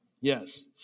Yes